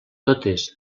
totes